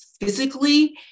physically